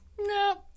no